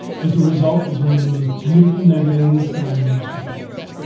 but the result is one of the most beautiful nebulae in the sky in astrophotos.